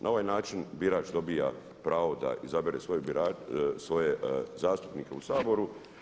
Na ovaj način birač dobiva pravo da izabere svoje zastupnike u Saboru.